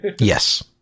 Yes